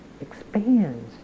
expands